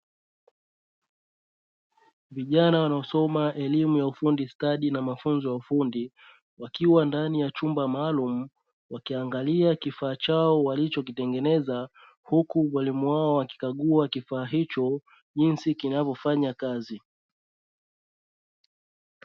Vijana wanaosoma elimu ya ufundi stadi na mafunzo ya ufundi wakiwa ndani ya chumba maalumu, wakiangalia kifaa chao walicho kitengeneza huku walimu wao wakikagua kifaa hicho jinsi kinavyofanya kazi.